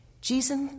Jesus